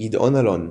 גדעון אלון,